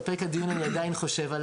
על פרק הדיון אני עדיין חושב.